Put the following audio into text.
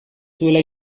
zuela